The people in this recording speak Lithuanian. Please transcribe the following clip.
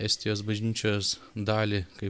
estijos bažnyčios dalį kaip